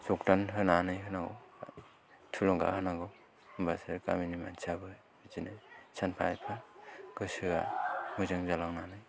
जुगदान होनानै होनांगौ थुलुंगा होनांगौ होनबासो गामिनि मानसियाबो बिदिनो सानफा एफा गोसोआ मोजां जालांनानै